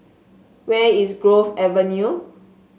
where is Grove Avenue